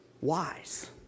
wise